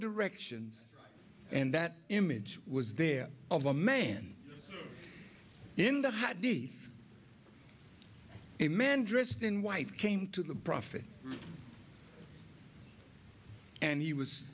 directions and that image was there of a man in the hat d a man dressed in white came to the prophet and he was